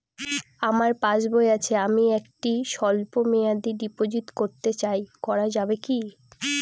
আমার পাসবই আছে আমি একটি স্বল্পমেয়াদি ডিপোজিট করতে চাই করা যাবে কি?